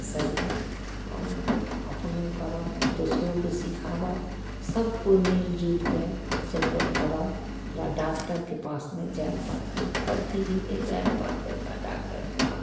शरीर आओर अपनो करऽ दोसरोके सिखाबऽ सब कोइ मिल जुलिके सब कोइ करऽ ओकरा डाक्टरके पास नहि जाइ लए पड़तइ कभी भी नहि जाइ लए पड़तय ओकरा डॉक्टरके पास